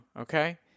okay